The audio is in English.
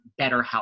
BetterHelp